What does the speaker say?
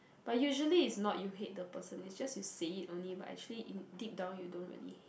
but usually is not you hate the person is just you say it only but actually deep down you don't really hate